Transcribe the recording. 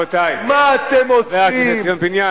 מה אתם עושים, רבותי,